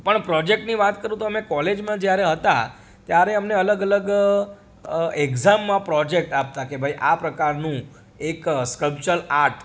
પણ પ્રોજેકટની વાત કરું તો અમે કૉલેજમાં જ્યારે હતા ત્યારે અમને અલગ અલગ એક્ઝામમાં પ્રોજેક્ટ આપતા કે ભઈ આ પ્રકારનું એક સકપચલ આર્ટ